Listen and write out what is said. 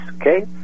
Okay